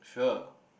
sure